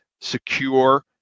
secure